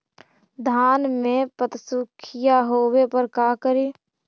धान मे पत्सुखीया होबे पर का करि?